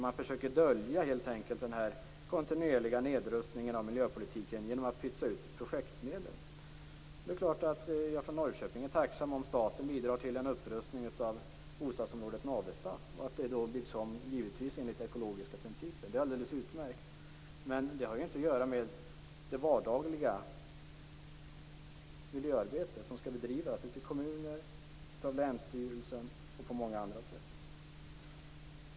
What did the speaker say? Man försöker dölja den kontinuerliga nedrustningen av miljöpolitiken genom att pytsa ut projektmedel. Det är klart att jag som är från Norrköping är tacksam om staten bidrar till en upprustning av bostadsområdet Navestad och att ombyggnaden givetvis sker enligt ekologiska principer. Det är alldeles utmärkt. Men det har inget att göra med det vardagliga miljöarbetet som skall bedrivas i kommuner, av länsstyrelser och på många andra sätt.